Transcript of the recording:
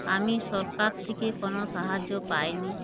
আমি সরকার থেকে কোনো সাহায্য পাইনি